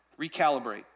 recalibrate